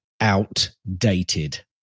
outdated